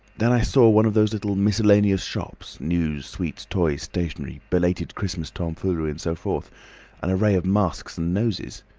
then i saw in one of those little miscellaneous shops news, sweets, toys, stationery, belated christmas tomfoolery, and so forth an array of masks and noses.